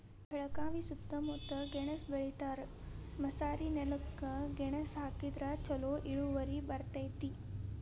ಬೆಳಗಾವಿ ಸೂತ್ತಮುತ್ತ ಗೆಣಸ್ ಬೆಳಿತಾರ, ಮಸಾರಿನೆಲಕ್ಕ ಗೆಣಸ ಹಾಕಿದ್ರ ಛಲೋ ಇಳುವರಿ ಬರ್ತೈತಿ